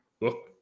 look